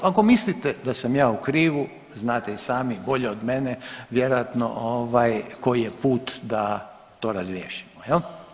Ako mislite da sam ja u krivu znate i sami bolje od mene vjerojatno ovaj koji je put da to razriješimo, jel.